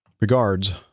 regards